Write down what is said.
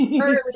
early